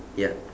ya